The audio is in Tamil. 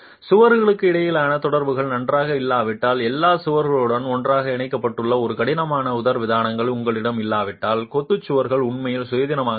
சுவர்களுக்கிடையேயான தொடர்புகள் நன்றாக இல்லாவிட்டால் எல்லா சுவர்களுடனும் நன்றாக இணைக்கப்பட்டுள்ள ஒரு கடினமான உதரவிதானம் உங்களிடம் இல்லாவிட்டால் கொத்து சுவர்கள் உண்மையில் சுயாதீனமாக செயல்படும்